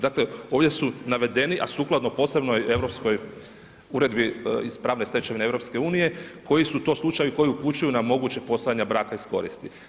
Dakle, ovdje su navedeni, a sukladno posebnoj europski uredbi iz pravne stečevine EU, koji su to slučajevi, koji upućuju na moguće postojanje braka iz koristi.